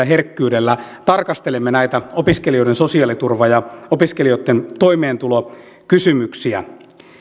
herkkyydellä tarkastelemme näitä opiskelijoiden sosiaaliturva ja toimeentulokysymyksiä